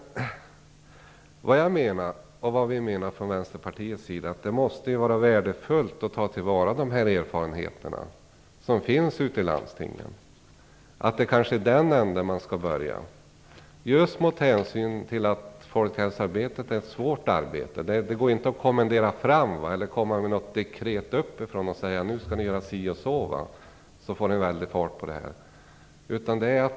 Vi menar från Vänsterpartiets sida att det måste vara värdefullt att ta till vara de erfarenheter som finns ute i landstingen. Det är kanske i den änden man skall börja, just med hänsyn till att folkhälsoarbetet är ett svårt arbete. Det går inte att kommendera fram eller komma med något dekret uppifrån och säga att det skall göras si och så för att vi skall få fart på verksamheten.